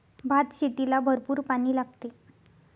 भातशेतीला भरपूर पाणी लागते